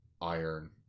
Iron